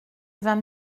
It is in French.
vint